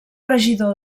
regidor